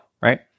right